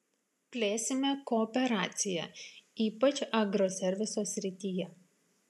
plėsime kooperaciją ypač agroserviso srityje